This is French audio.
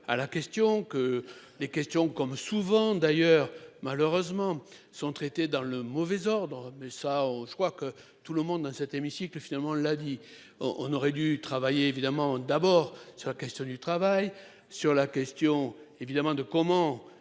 À la question que les questions comme souvent d'ailleurs malheureusement, sont traités dans le mauvais ordre mais ça je crois que tout le monde dans cet hémicycle finalement l'a dit. On aurait dû travailler évidemment d'abord sur la question du travail sur la question évidemment de comment